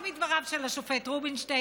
רק בדבריו של השופט רובינשטיין: